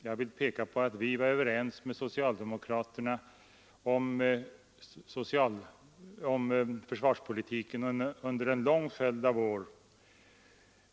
Jag vill peka på att vi var överens med socialdemokraterna om försvarspolitiken under en följd av år.